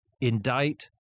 indict